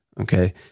Okay